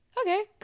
okay